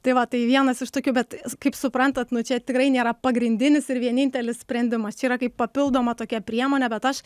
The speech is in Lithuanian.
tai va tai vienas iš tokių bet kaip suprantat nu čia tikrai nėra pagrindinis ir vienintelis sprendimas čia yra kaip papildoma tokia priemonė bet aš